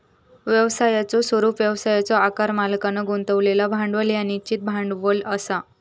व्यवसायाचो स्वरूप, व्यवसायाचो आकार, मालकांन गुंतवलेला भांडवल ह्या निश्चित भांडवल असा